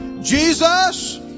Jesus